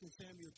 Samuel